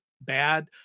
bad